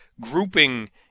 grouping